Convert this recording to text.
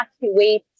evacuate